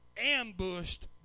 ambushed